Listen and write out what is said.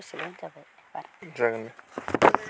social' होनजाबाय